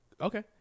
Okay